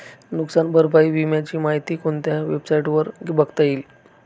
नुकसान भरपाई विम्याची माहिती कोणत्या वेबसाईटवर बघता येईल?